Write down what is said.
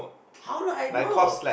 how would I know